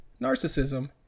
narcissism